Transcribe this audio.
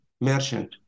merchant